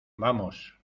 vamos